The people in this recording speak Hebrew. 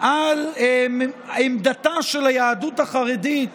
על עמדתה של היהדות החרדית